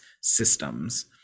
systems